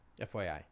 FYI